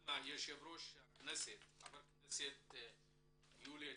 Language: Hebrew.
גם יושב-ראש הכנסת חבר הכנסת יולי אדלשטיין.